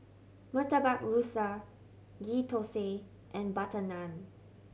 Murtabak Rusa Ghee Thosai and butter naan